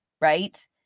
Right